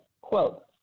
Quote